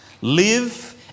live